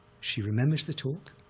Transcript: she remembers the talk,